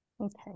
Okay